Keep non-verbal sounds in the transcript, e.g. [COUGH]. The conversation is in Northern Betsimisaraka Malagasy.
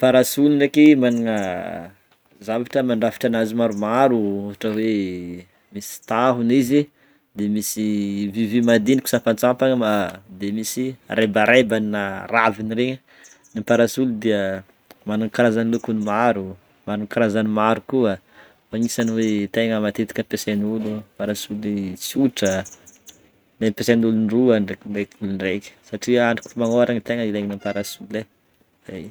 Parasolo ndreky managna [HESITATION] zavatra mandrafitra ananjy maromaro ohatra hoe misy tahony izy de misy vy vy madinika na sampasampany ma de misy rebarebany na raviny regny, ny parasolo dia managna karazagny lokony maro managna karazany maro koa anisagny hoe tegna matetika ampesen'olo parasoly tsotra le ampesen'olon-droa, indrendreka olo araiky, andro koa magnoragna tegna ilegna parasolo e.